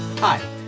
Hi